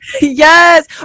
Yes